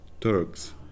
Turks